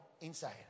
inside